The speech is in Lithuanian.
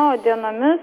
o dienomis